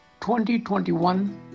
2021